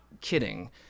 kidding